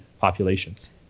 populations